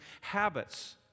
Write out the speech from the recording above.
habits